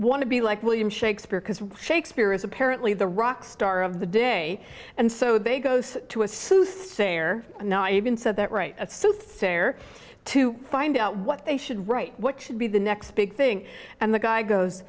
want to be like william shakespeare because shakespeare is apparently the rock star of the day and so they go to a soothsayer now i even said that right a soothsayer to find out what they should write what should be the next big thing and the guy goes